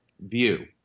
view